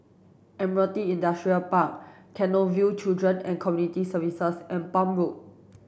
Admiralty Industrial Park Canossaville Children and Community Services and Palm Road